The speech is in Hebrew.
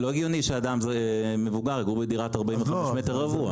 לא הגיוני שאדם מבוגר יגור בדירת 45 מטר רבוע.